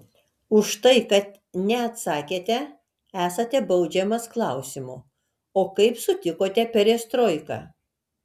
už tai kad neatsakėte esate baudžiamas klausimu o kaip sutikote perestroiką